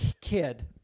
kid